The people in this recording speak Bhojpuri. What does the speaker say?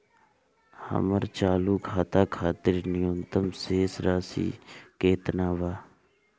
हमर चालू खाता खातिर न्यूनतम शेष राशि केतना बा?